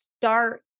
start